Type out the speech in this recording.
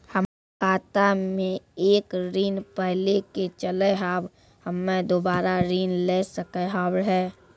हमर खाता मे एक ऋण पहले के चले हाव हम्मे दोबारा ऋण ले सके हाव हे?